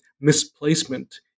misplacement